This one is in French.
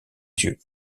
dieu